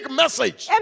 message